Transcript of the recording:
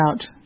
out